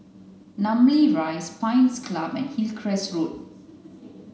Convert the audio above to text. Namly Rise Pines Club and Hillcrest Road